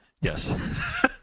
Yes